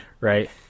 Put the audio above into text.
Right